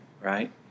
right